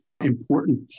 important